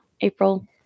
April